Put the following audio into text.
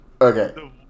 Okay